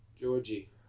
Georgie